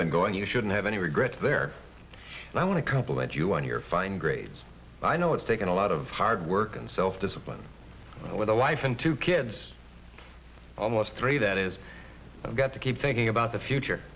been going you shouldn't have any regrets there and i want to compliment you on your fine grades i know it's taken a lot of hard work and self discipline with a wife and two kids almost three that is i've got to keep thinking about the future